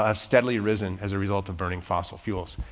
ah steadily risen as a result of burning fossil fuels.